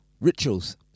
Rituals